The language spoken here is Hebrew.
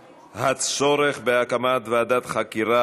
לסדר-היום בנושא: הצורך בהקמת ועדת חקירה